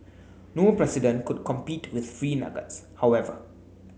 no president could compete with free nuggets however